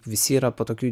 visi yra po tokiu